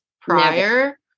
prior